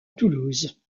toulouse